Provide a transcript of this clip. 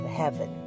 heaven